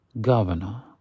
governor